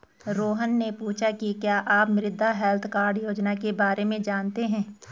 रोहन ने पूछा कि क्या आप मृदा हैल्थ कार्ड योजना के बारे में जानते हैं?